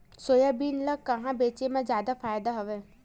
Soybean ल कहां बेचे म जादा फ़ायदा हवय?